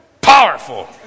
powerful